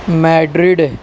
Madrid